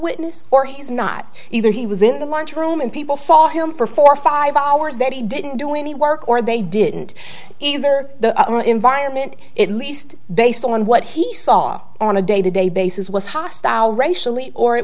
witness or he's not either he was in the lunch room and people saw him for four or five hours that he didn't do any work or they didn't either the environment it least based on what he saw on a day to day basis was hostile racially or it